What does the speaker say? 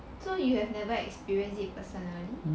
so you have never experienced it personally